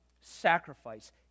sacrifice